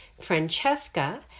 francesca